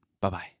Bye-bye